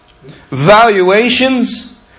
valuations